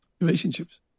Relationships